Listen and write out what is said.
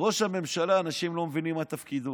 ראש הממשלה, אנשים לא מבינים מה תפקידו.